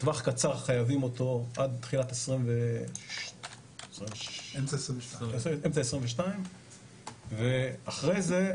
טווח קצר חייבים אותו עד אמצע 2022. אחרי זה,